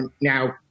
now